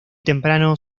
temprano